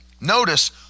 Notice